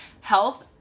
health